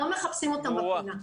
לא מחפשים אותן בפינה.